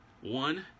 one